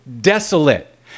desolate